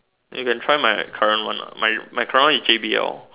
you can try my current one lah my current one is J_B_L